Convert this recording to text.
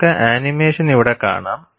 നിങ്ങൾക്ക് ആനിമേഷൻ ഇവിടെ കാണാം